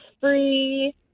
free